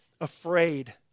afraid